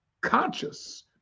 conscious